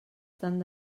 tant